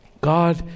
God